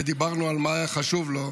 ודיברנו על מה היה חשוב לו.